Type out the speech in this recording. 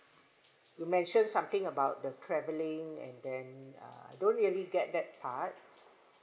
you mentioned something about the travelling and then uh don't really get that part